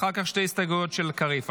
אחר כך שתי הסתייגויות של קריב.